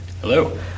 Hello